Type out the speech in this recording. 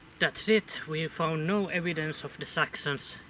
that's it! we found no evidence of the saxons.